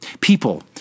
People